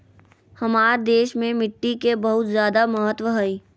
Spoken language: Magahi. हमार देश में मिट्टी के बहुत जायदा महत्व हइ